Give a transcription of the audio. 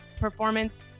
performance